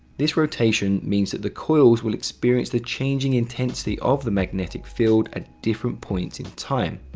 this rotation means that the coils will experience the changing intensity of the magnetic field at different points in time.